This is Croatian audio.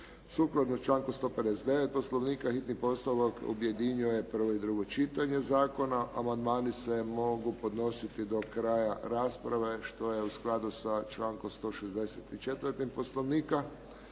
Sukladno članku 159. Poslovnika, hitni postupak objedinjuje prvo i drugo čitanje zakona. Amandmani se mogu podnositi do kraja rasprave, što je u skladu sa člankom 164. Poslovnika.